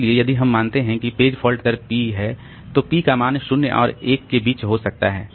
इसलिए यदि हम मानते हैं कि पेज फॉल्ट दर p है तो पी का मान 0 और 1 के बीच हो सकता है